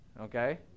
Okay